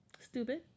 stupid